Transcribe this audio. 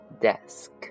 desk